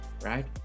right